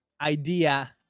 idea